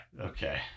Okay